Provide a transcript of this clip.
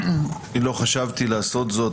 לא חשבתי לעשות זאת,